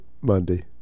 Monday